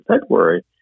February